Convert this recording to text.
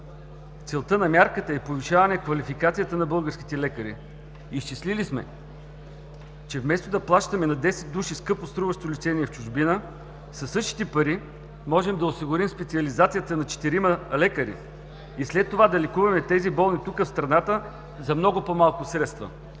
Целта на мярката е повишаване квалификацията на българските лекари. Изчислили сме, че вместо да плащаме на 10 души скъпоструващо лечение в чужбина, със същите пари може да осигурим специализацията на четирима лекари и след това да лекуваме тези болни тук, в страната, за много по-малко средства.